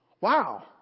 Wow